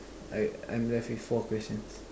I'm I'm left with four questions